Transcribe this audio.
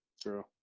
True